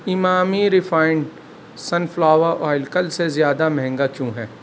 Emami refined sunflower oil کل سے زیادہ مہنگا کیوں ہے